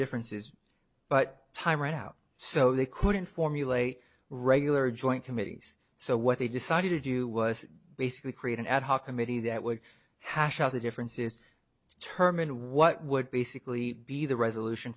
differences but time ran out so they couldn't formulate regular joint committees so what they decided to do was basically create an ad hoc committee that would hash out the differences term and what would basically be the resolution